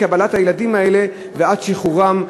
מקבלת הילדים האלה ועד שחרורם,